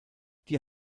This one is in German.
die